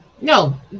No